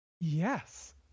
yes